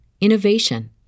innovation